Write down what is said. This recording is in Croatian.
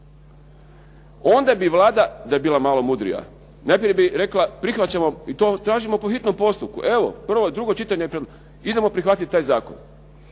onda bi Vlada, da je bila malo mudrija, najprije bi rekla prihvaćamo i to tražimo po hitnom postupku, evo prvo i drugo čitanje. Idemo prihvatiti taj zakon.